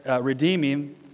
redeeming